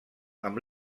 amb